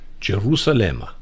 Jerusalem